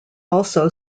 also